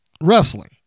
wrestling